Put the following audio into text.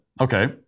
Okay